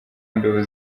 mbeba